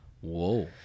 Whoa